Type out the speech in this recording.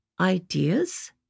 ideas